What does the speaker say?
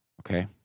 Okay